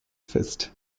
fist